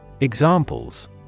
Examples